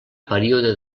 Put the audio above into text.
període